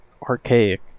archaic